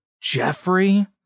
Jeffrey